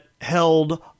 held